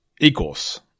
equals